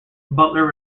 butler